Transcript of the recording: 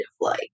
light